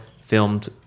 filmed